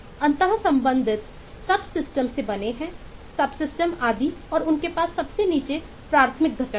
तो वे अंतःसंबंधित सब सिस्टम आदि और उनके पास सबसे नीचे प्राथमिक घटक है